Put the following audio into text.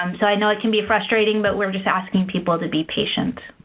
um so i know it can be frustrating, but we're just asking people to be patient.